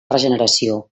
regeneració